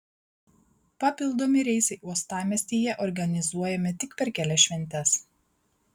papildomi reisai uostamiestyje organizuojami tik per kelias šventes